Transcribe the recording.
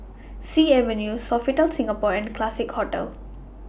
Sea Avenue Sofitel Singapore and Classique Hotel